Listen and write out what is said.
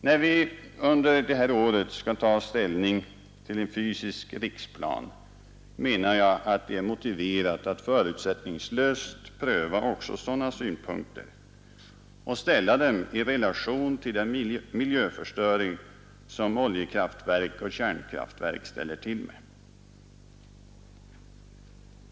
När vi under det här året skall ta ställning till en fysisk riksplan menar jag att det är motiverat att förutsättningslöst pröva också sådana synpunkter och ställa dem i relation till den miljöförstörelse som oljekraftverk och kärnkraftverk åstadkommer.